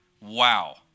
Wow